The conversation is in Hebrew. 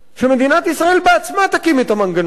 שמדינת ישראל בעצמה תקים את המנגנון הזה,